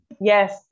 Yes